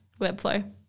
Webflow